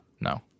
No